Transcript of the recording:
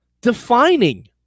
defining